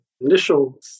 initial